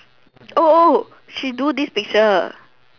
she do this picture